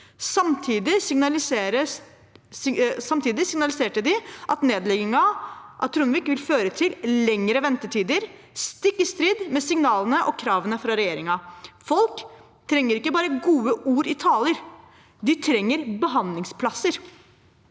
Samtidig signaliserte de at nedleggingen av Tronvik vil føre til lengre ventetider – stikk i strid med signalene og kravene fra regjeringen. Folk trenger ikke bare gode ord i taler, de trenger behandlingsplasser.